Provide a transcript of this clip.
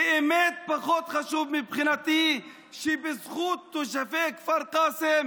באמת פחות חשוב מבחינתי שקיבלת הרבה קולות בכפר קאסם